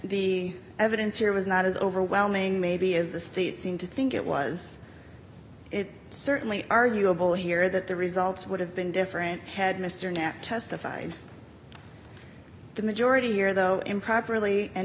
the evidence here was not as overwhelming maybe as the state seemed to think it was it certainly arguable here that the results would have been different had mr knapp testified the majority here though improperly and